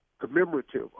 commemorative